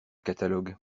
catalogue